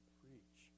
preach